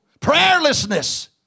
Prayerlessness